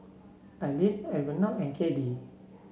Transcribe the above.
Arlene Alvena and Caddie